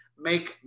make